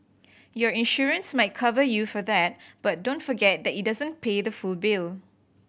your insurance might cover you for that but don't forget that it doesn't pay the full bill